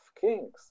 kings